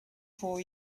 for